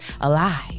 alive